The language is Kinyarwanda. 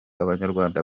abanyarwanda